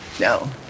No